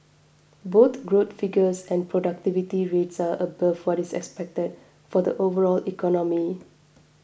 both growth figures and productivity rates are above what is expected for the overall economy